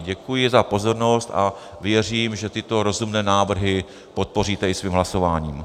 Děkuji za pozornost a věřím, že tyto rozumné návrhy podpoříte i svým hlasováním.